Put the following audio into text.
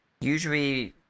usually